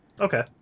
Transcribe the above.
Okay